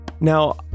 now